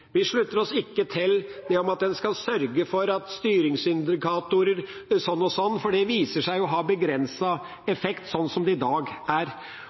Vi slutter oss ikke til at en skal sørge for styringsindikatorer sånn og sånn, for det viser seg å ha begrenset effekt slik det er i dag.